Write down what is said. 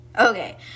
Okay